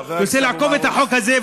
רוצה לעקוף את החוק הזה,